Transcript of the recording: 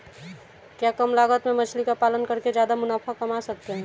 क्या कम लागत में मछली का पालन करके ज्यादा मुनाफा कमा सकते हैं?